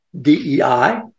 DEI